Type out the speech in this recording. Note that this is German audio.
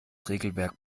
regelwerk